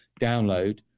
download